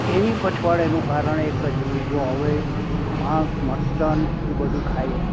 એની પછવાડેનું કારણ એક જ રહ્યું જો હવે માંસ મટન એ બધું ખાઇએ